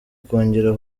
kongera